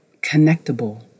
connectable